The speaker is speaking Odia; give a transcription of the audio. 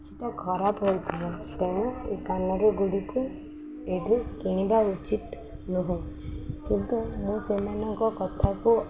ସେଟା ଖରାପ ହୋଇଥିବ ତେଣୁ ଏ କାନରେଗୁଡ଼ିକୁ ଏଇଠୁ କିଣିବା ଉଚିତ୍ ନୁହଁ କିନ୍ତୁ ମୁଁ ସେମାନଙ୍କ କଥାକୁ